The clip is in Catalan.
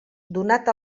donat